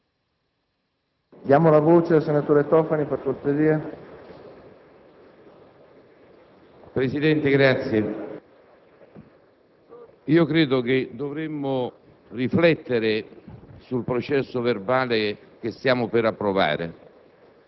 Presidente, credo che dovremmo riflettere sul processo verbale che si sta per approvare